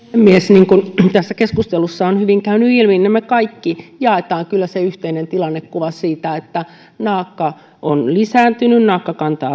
niin kuin tässä keskustelussa on hyvin käynyt ilmi me kaikki jaamme kyllä sen yhteisen tilannekuvan siitä että naakka on lisääntynyt naakkakanta